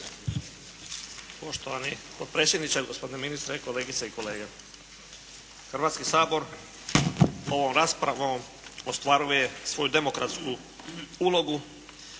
Poštovani potpredsjedniče, gospodine ministre, kolegice i kolege. Hrvatski sabor ovom raspravom ostvaruje svoju demokratsku ulogu